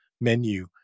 menu